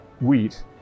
wheat